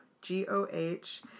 G-O-H